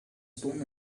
stone